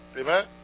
Amen